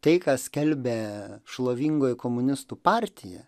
tai ką skelbė šlovingoji komunistų partija